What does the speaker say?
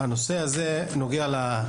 שהנושא הזה נוגע לה.